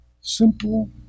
Simple